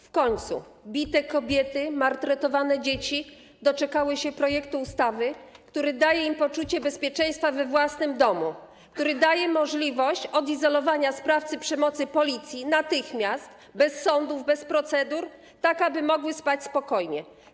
W końcu bite kobiety, maltretowane dzieci doczekały się projektu ustawy, który daje im poczucie bezpieczeństwa we własnym domu, który daje Policji możliwość odizolowania sprawcy przemocy natychmiast, bez sądów, bez procedur, tak aby mogły spać spokojnie.